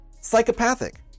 Psychopathic